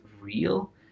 real